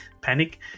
panic